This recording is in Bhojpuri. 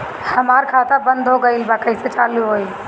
हमार खाता बंद हो गइल बा कइसे चालू होई?